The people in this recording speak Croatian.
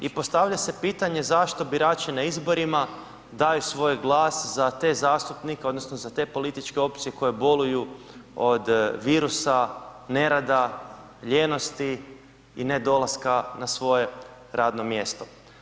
I postavlja se pitanje zašto birači na izborima daju svoj glas za te zastupnike odnosno za te političke opcije koje boluju od virusa nerada, lijenosti i ne dolaska na svoje radno mjesto?